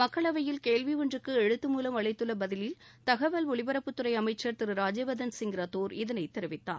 மக்களவையில் கேள்வி ஒன்றுக்கு எழுத்து மூலம் அளித்துள்ள பதிலில் தகவல் ஒலிபரப்புத்துறை அமைச்சர் திரு ராஜ்யவர்தன் சிங் ரத்தோர் இதனை தெரிவித்தார்